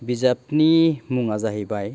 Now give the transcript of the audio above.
बिजाबनि मुङा जाहैबाय